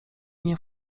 nie